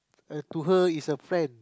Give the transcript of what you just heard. to her is a friend